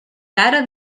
cara